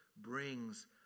brings